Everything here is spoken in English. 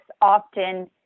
often